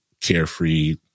carefree